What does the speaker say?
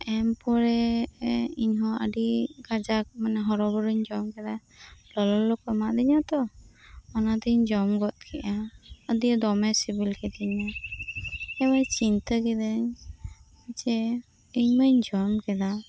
ᱮᱢ ᱯᱚᱨᱮ ᱤᱧᱦᱚᱸ ᱟᱹᱰᱤ ᱠᱟᱡᱟᱠ ᱢᱟᱱᱮ ᱦᱚᱨᱚᱵᱚᱨᱚᱧ ᱡᱚᱢ ᱠᱮᱫᱟ ᱞᱚᱞᱚ ᱠᱚ ᱮᱢᱟ ᱫᱤᱧᱟᱛᱚ ᱚᱱᱟᱛᱮᱧ ᱡᱚᱢ ᱜᱚᱫ ᱠᱮᱫᱟ ᱫᱤᱭᱮ ᱫᱚᱢᱮ ᱥᱤᱵᱤᱞ ᱠᱤᱫᱤᱧᱟ ᱫᱤᱭᱮ ᱪᱤᱱᱛᱟᱹ ᱠᱤᱫᱟᱹᱧ ᱡᱮ ᱤᱧ ᱢᱟᱧ ᱡᱚᱢ ᱠᱮᱫᱟ